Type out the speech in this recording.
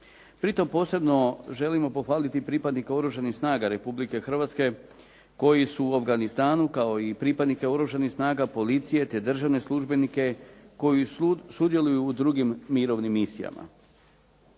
Pri tome posebno želimo pohvaliti pripadnika Oružanih snaga Republike Hrvatske koji su u Afganistanu kao i pripadnike Oružanih snaga, policije, te državne službenike koji sudjeluju u drugim mirovnim misijama.